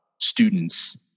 students